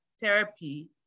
therapy